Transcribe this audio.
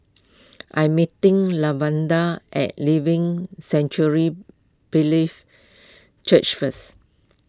I am meeting Lavada at Living Sanctuary Brethren Church first